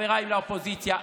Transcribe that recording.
חבריי לאופוזיציה,